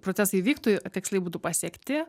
procesai vyktų tiksliai būtų pasiekti